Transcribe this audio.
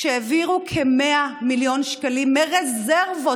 שהעבירו כ-100 מיליון שקלים מרזרבות,